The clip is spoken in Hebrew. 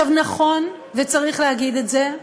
נכון, וצריך להגיד את זה,